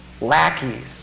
Lackeys